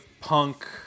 punk